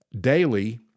daily